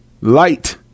Light